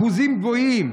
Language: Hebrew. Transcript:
אחוזים גבוהים.